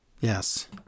yes